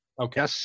Okay